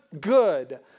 good